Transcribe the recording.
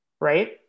right